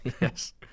Yes